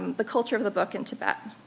the culture of the book in tibet.